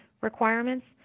requirements